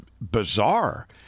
bizarre